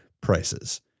prices